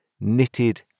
knitted